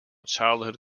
childhood